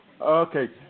Okay